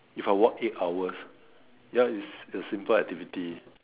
if I walk eight hours ya is a simple activity